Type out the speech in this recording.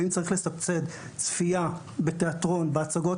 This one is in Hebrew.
ואם צריך לסבסד צפייה בתיאטרון בהצגות